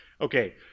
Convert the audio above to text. okay